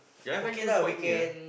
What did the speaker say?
Jalan-Kayu quite near